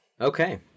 Okay